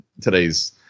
today's